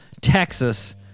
Texas